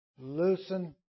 loosen